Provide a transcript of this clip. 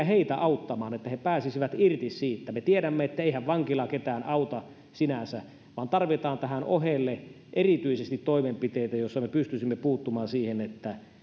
heitä että he pääsisivät irti siitä me tiedämme että eihän vankila ketään auta sinänsä vaan tarvitaan tähän ohelle erityisesti toimenpiteitä joilla me pystyisimme puuttumaan siihen että